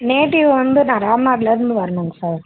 native வந்து நான் ராம்நாட்லேருந்து வரணுங்க சார்